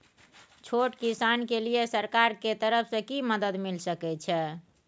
छोट किसान के लिए सरकार के तरफ कि मदद मिल सके छै?